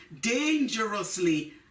dangerously